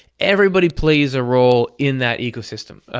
everybody plays a role in that ecosystem.